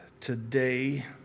today